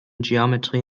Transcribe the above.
geometry